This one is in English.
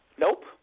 Nope